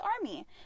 ARMY